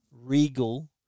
Regal